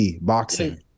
boxing